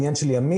עניין של ימים,